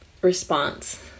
response